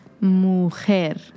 Mujer